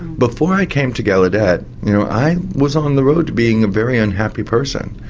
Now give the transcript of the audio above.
before i came to gallaudet you know i was on the road to being a very unhappy person.